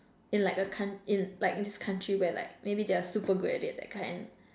in like a co~ in like in this country where like maybe they're super good at it that kind